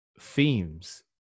themes